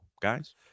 guys